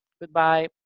goodbye